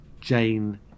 Jane